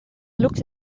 looked